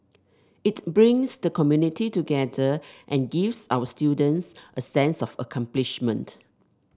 it brings the community together and gives our students a sense of accomplishment